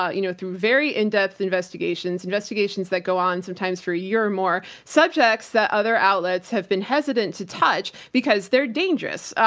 ah you know, through very in-depth investigations, investigations that go on sometimes for a year or more, subjects that other outlets have been hesitant to touch, because they're dangerous.